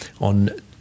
on